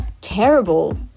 terrible